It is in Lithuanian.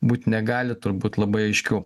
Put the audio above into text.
būti negali turbūt labai aiškių